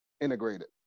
integrated